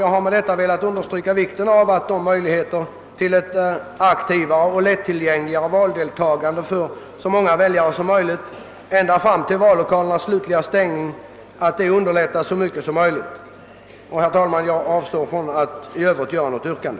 Jag har med det anförda velat understryka vikten av att man tillvaratar alla möjligheter att åstadkomma ett aktivt valdeltagande ända fram till dess att vallokalerna stänges. Jag avstår dock från att ställa något yrkande.